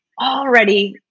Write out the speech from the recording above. already